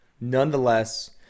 nonetheless